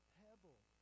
pebble